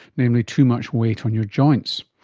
namely too much weight on your joints?